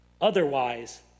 Otherwise